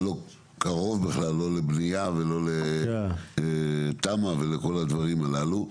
זה לא קרוב בכלל לא לבנייה ולא לתמ"א או לכל הדברים הללו.